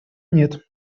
нет